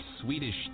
Swedish